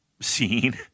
scene